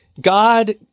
God